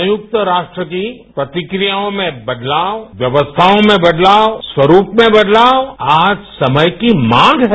संयुक्त राष्ट्र की प्रतिक्रियाओं में बदलाव व्यक्स्थाओं में बदलाव स्वरूप में बदलाव आज समय की मांग है